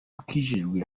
ukijijwe